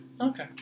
Okay